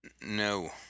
No